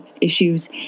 issues